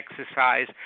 exercise